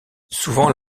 souvent